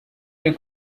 ari